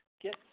get